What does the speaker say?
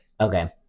Okay